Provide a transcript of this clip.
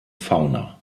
fauna